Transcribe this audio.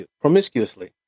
promiscuously